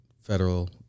federal